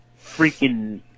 freaking